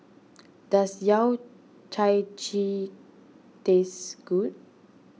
does Yao Cai Ji taste good